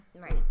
Right